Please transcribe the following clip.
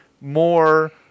more